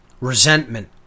resentment